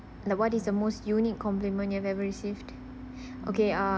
like what is the most unique compliment you've ever received okay ah